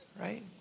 right